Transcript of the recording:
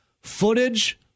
Footage